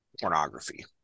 pornography